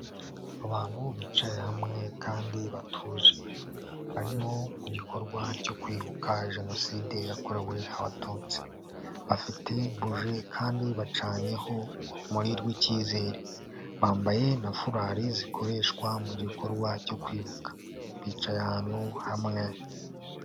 Abantu bicaye hamwe kandi batuje barimo ku gikorwa cyo kwibuka jenoside yakorewe abatutsi, bafite buji kandi bacanyeho urumuri rw'icyizere, bambaye na furali zikoreshwa mu gikorwa cyo kwibuka bicaye ahantu hamwe.